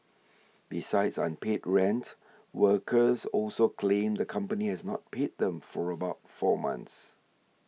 besides unpaid rent workers also claimed the company has not paid them for about four months